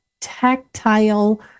tactile